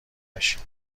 نشیم